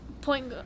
Point